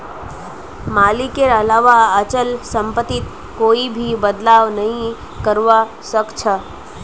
मालिकेर अलावा अचल सम्पत्तित कोई भी बदलाव नइ करवा सख छ